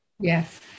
Yes